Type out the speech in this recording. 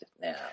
now